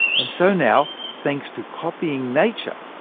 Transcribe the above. and so now, thanks to copying nature,